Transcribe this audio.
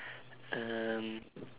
um